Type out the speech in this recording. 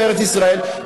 בארץ-ישראל,